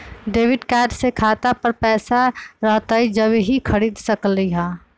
Debit card से खाता पर पैसा रहतई जब ही खरीद सकली ह?